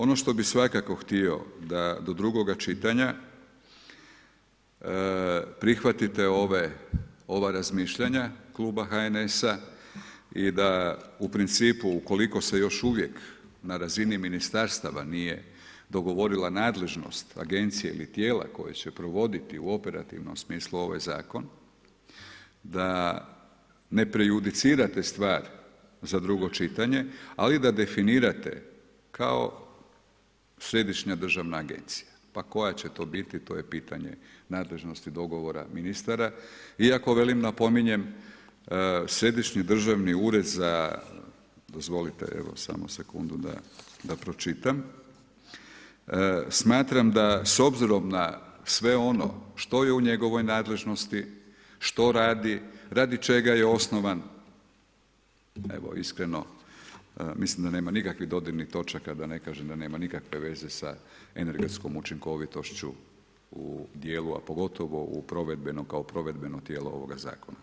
Ono što bih svakako htio da do drugoga čitanja prihvatite ova razmišljanja HNS-a i da u principu ukoliko se još uvijek na razini ministarstava nije dogovorila nadležnost agencije ili tijela koje će provoditi u operativnom smislu ovaj Zakon, da ne prejudicirate stvar za drugo čitanje, ali da definirate kao središnja državna agencija, pa koja će to biti to je pitanje nadležnosti dogovara ministara iako velim, napominjem, središnji državni ured za, dozvolite samo sekundu da pročitam: Smatram da s obzirom na sve ono što je u njegovoj nadležnosti, što radi, radi čega je osnovan, evo iskreno mislim da nema nikakvih dodirnih točaka, da ne kažem da nema nikakve veze sa energetskom učinkovitošću u djelu, a pogotovo kao provedbeno tijelo ovoga zakona.